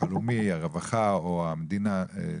הלאומי או הרווחה או המדינה תכיר בו?